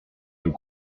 nos